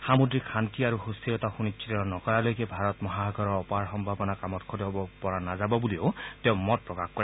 সামুদ্ৰিক শান্তি আৰু সুস্থিৰতা সুনিশ্চিত নকৰালৈকে ভাৰত মহাসাগৰৰ অপাৰ সম্ভাৱনা কামত খটুৱাব পৰা নাযাব বুলিও তেওঁ মত প্ৰকাশ কৰে